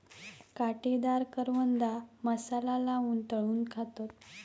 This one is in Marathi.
काटेदार करवंदा मसाला लाऊन तळून खातत